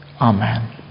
Amen